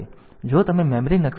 તેથી જો તમે મેમરી નકશામાં જુઓ